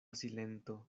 silento